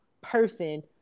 person